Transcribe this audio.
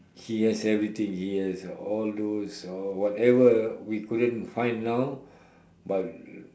he has everything he has all those all whatever we couldn't find now but